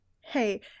Hey